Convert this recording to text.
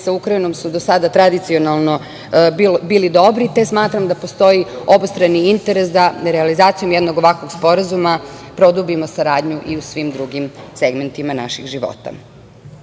sa Ukrajinom su do sada tradicionalno bili dobri, te smatram da postoji obostrani interes da realizacijom jednog ovakvog sporazuma produbimo saradnju i u svim drugim segmentima naših života. Moram